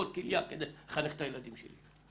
כליה כדי לחנך את הילדים שלי,